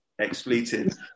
expletive